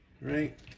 right